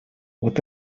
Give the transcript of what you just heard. what